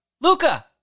Luca